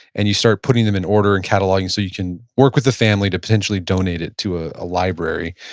and you start putting them in order and cataloging, so you can work with the family to potentially donate it to a ah library.